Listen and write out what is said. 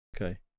okay